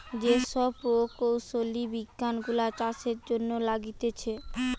যে সব প্রকৌশলী বিজ্ঞান গুলা চাষের জন্য লাগতিছে